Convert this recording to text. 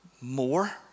more